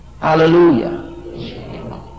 Hallelujah